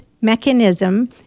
mechanism